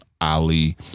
ali